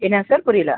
என்ன சார் புரியலை